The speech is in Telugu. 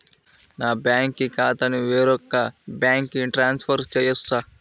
నా బ్యాంక్ ఖాతాని వేరొక బ్యాంక్కి ట్రాన్స్ఫర్ చేయొచ్చా?